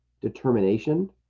determination